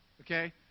Okay